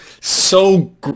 so-